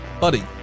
buddy